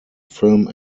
film